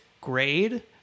grade